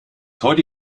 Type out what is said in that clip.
heute